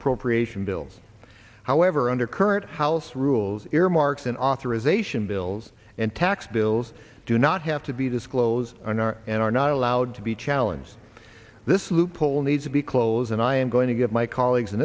appropriation bills however under current house rules earmarks and authorization bills and tax bills do not have to be this close and are not allowed to be challenged this loophole needs to be close and i am going to give my colleagues in